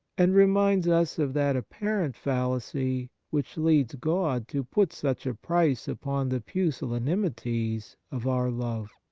and reminds us of that apparent fallacy which leads god to put such a price upon the pusillanimities of our love.